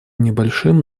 небольшим